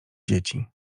dzieci